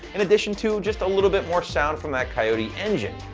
in addition to just a little bit more sound from that coyote engine,